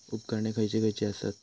उपकरणे खैयची खैयची आसत?